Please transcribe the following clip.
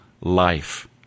life